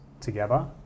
together